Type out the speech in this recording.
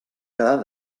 quedar